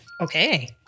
Okay